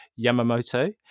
Yamamoto